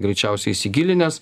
greičiausiai įsigilinęs